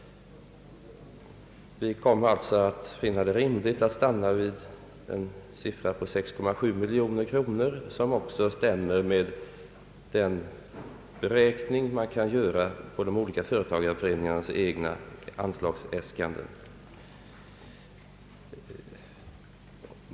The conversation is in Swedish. Vi kom alltså att finna det rimligt att stanna vid en siffra på 6,7 miljoner kronor, ett belopp som stämmer med vad man kan räkna fram efter de olika företagareföreningarnas egna anslagsäskanden.